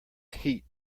heat